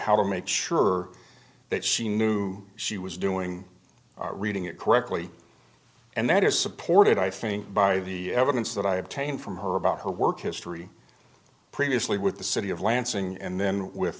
how to make sure that she knew she was doing reading it correctly and that is supported i think by the evidence that i obtain from her about her work history previously with the city of lansing and then with